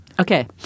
Okay